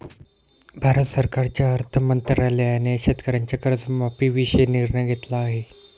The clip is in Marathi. भारत सरकारच्या अर्थ मंत्रालयाने शेतकऱ्यांच्या कर्जमाफीविषयी निर्णय घेतला आहे